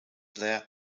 there